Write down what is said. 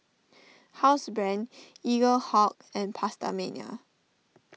Housebrand Eaglehawk and PastaMania